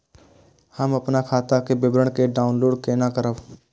हम अपन खाता के विवरण के डाउनलोड केना करब?